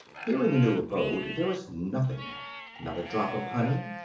here, in the new abode, there is nothing not a drop of honey,